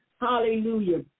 Hallelujah